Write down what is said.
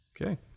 Okay